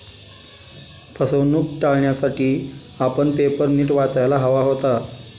फसवणूक टाळण्यासाठी आपण पेपर नीट वाचायला हवा होता